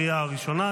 לקריאה הראשונה.